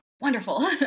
wonderful